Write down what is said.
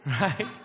right